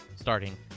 starting